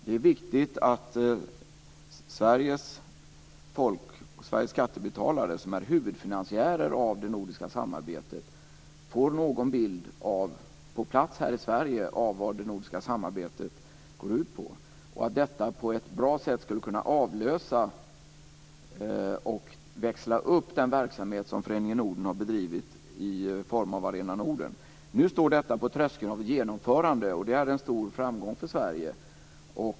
Det är viktigt att Sveriges folk och Sveriges skattebetalare, som är huvudfinansiärer av det nordiska samarbetet, på plats här i Sverige får en bild av vad det nordiska samarbetet går ut på. Detta skulle på ett bra sätt kunna avlösa och växla upp den verksamhet som Föreningen Norden har bedrivit i form av Arena Norden. Nu står detta på tröskeln till ett genomförande. Det är en stor framgång för Sverige.